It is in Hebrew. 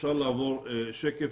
אפשר לעבור שקף,